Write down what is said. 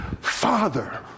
father